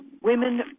women